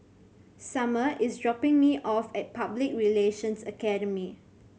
Summer is dropping me off at Public Relations Academy